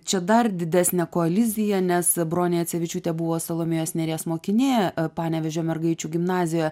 čia dar didesnę koaliciją nes bronė jacevičiūtė buvo salomėjos nėries mokinė panevėžio mergaičių gimnazijoje